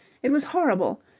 it was horrible.